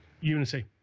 Unity